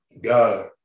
God